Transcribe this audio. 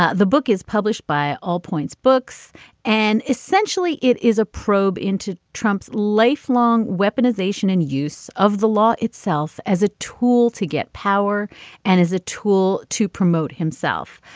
ah the book is published by all points books and essentially it is a probe into trump's lifelong weaponization and use of the law itself as a tool to get power and is a tool to promote himself.